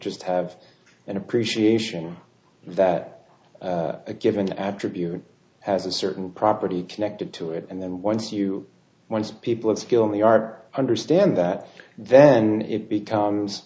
just have an appreciation that a given attribute has a certain property connected to it and then once you once people have skill in the art understand that then it becomes